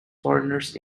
foreigners